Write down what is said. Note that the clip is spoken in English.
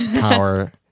power